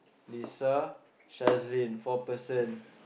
Lisa Shazlin four person